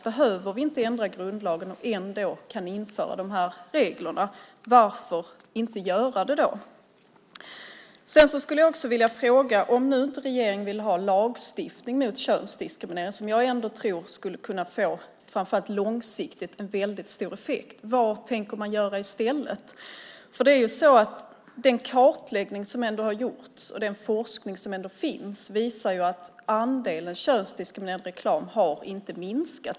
Behöver vi inte ändra i grundlagen och ändå kan införa de här reglerna, varför inte göra det då? Sedan skulle jag också vilja ställa en annan fråga. Om nu inte regeringen vill ha lagstiftning mot könsdiskriminering, som jag ändå tror skulle kunna få en väldigt stor effekt, framför allt långsiktigt, vad tänker man göra i stället? Den kartläggning som ändå har gjorts och den forskning som finns visar att andelen könsdiskriminerande reklam inte har minskat.